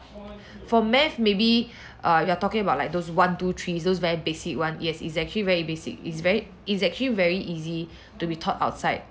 for math maybe uh you are talking about like those one two three those very basic one yes it is actually very basic it's very it's actually very easy to be taught outside